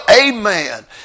amen